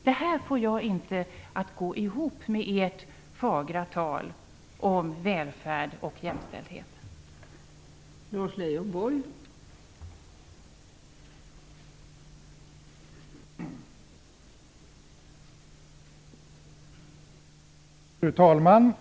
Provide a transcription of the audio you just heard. Det får jag inte att gå ihop med ert fagra tal om välfärd och jämställdhet - jämställdheten brukar ju vi samarbeta omkring.